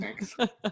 Thanks